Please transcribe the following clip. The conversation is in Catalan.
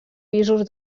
pisos